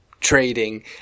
trading